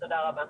תודה רבה.